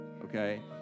okay